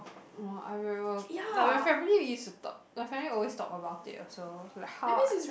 !wah! I remember like my family use to talk my family always talk about it also like how I